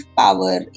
power